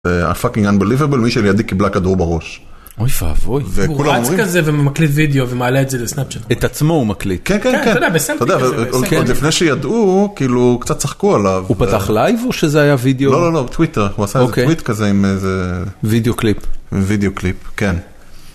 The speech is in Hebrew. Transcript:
הפאקינג אנבליביבל, מישהי לידי קיבלה כדור בראש. אוי ואבוי. וכולם אומרים..הוא רץ כזה ומקליט וידאו ומעלה את זה לסנאפצ'אט. את עצמו הוא מקליט. כן, כן, כן. אתה יודע, בסלפי כזה. אתה יודע עוד לפני שידעו כאילו קצת צחקו עליו. הוא פתח לייב או שזה היה וידאו? לא, לא, לא, טוויטר. הוא עשה איזה טוויט כזה עם איזה.. וידאו קליפ. וידאו קליפ, כן.